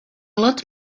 lot